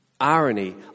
irony